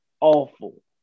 Awful